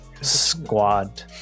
squad